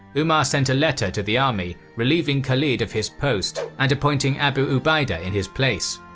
umar sent a letter to the army, reliving khalid of his post and appointing abu ubaidah in his place.